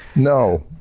no.